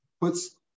puts